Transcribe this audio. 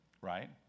Right